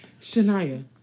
Shania